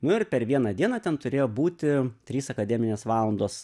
nu ir per vieną dieną ten turėjo būti trys akademinės valandos